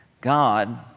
God